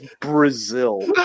Brazil